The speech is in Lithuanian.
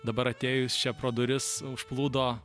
dabar atėjus čia pro duris užplūdo